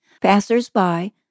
Passers-by